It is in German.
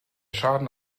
schaden